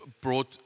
brought